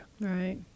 right